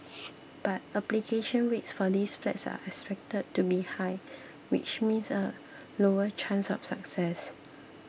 but application rates for these flats are expected to be high which means a lower chance of success